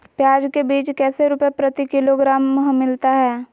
प्याज के बीज कैसे रुपए प्रति किलोग्राम हमिलता हैं?